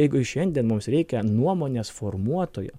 jeigu ir šiandien mums reikia nuomonės formuotojų